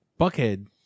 Buckhead